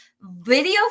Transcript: video